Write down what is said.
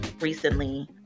recently